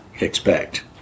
expect